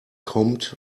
kommt